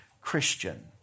Christian